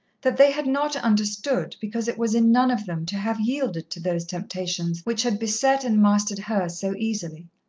that they had not understood because it was in none of them to have yielded to those temptations which had beset and mastered her so easily.